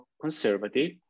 conservative